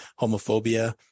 homophobia